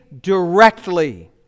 directly